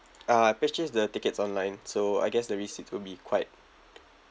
uh I purchased the tickets online so I guess the receipt will be quite